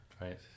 right